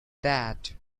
that